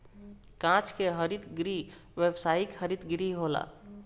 कांच के हरित गृह व्यावसायिक हरित गृह होला